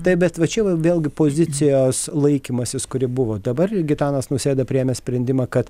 taip bet va čia vėlgi pozicijos laikymasis kuri buvo dabar ir gitanas nausėda priėmė sprendimą kad